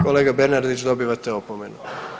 Kolega Bernardić dobivate opomenu.